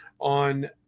on